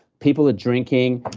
people are drinking.